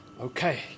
Okay